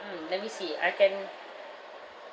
mm let me see I can